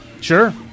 Sure